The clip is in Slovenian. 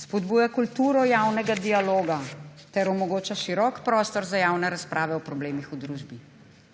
Spodbuja kulturo javnega dialoga ter omogoča širok prostor za javne razprave o problemih v družbi.«